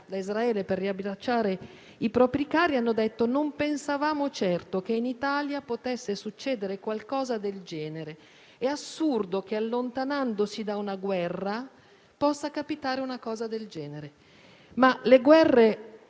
da Israele per riabbracciare i propri cari, hanno detto: non pensavamo certo che in Italia potesse succedere qualcosa del genere. È assurdo che, allontanandosi da una guerra, possa capitare una cosa del genere. Le guerre,